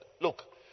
Look